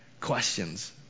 Questions